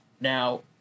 Now